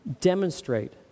demonstrate